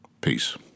Peace